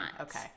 Okay